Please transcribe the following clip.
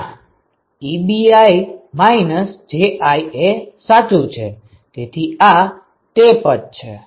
ના Ebi Ji એ સાચું છે તેથી આ તે પદ છે